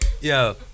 Yo